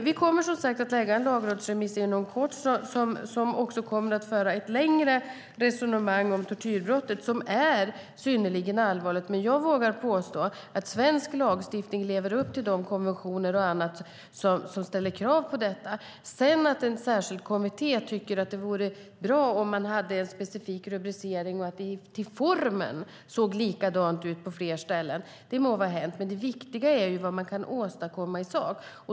Vi kommer som sagt att lägga fram en lagrådsremiss inom kort som också kommer att föra ett längre resonemang om tortyrbrottet som är synnerligen allvarligt. Men jag vågar påstå att svensk lagstiftning lever upp till de konventioner och annat som ställer krav på detta. Att sedan en särskild kommitté tycker att det vore bra om man hade en specifik rubricering och att det till formen såg likadant ut på fler ställen må vara hänt, men det viktiga är vad man kan åstadkomma i sak.